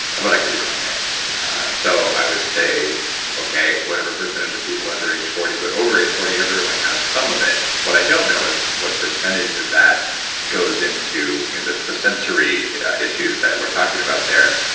but i could be wrong there so i would say okay, whatever percentage of people under age forty, but over age forty everyone has some of it. what i don't know is, what percentage of that goes into the the sensory issues that we're talking about there.